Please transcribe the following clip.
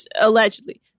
allegedly